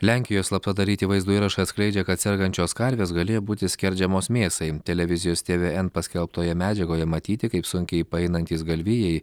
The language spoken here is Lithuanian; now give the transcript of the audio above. lenkijoj slapta daryti vaizdo įrašai atskleidžia kad sergančios karvės galėjo būti skerdžiamos mėsai televizijos tvn paskelbtoje medžiagoje matyti kaip sunkiai paeinantys galvijai